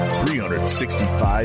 365